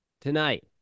tonight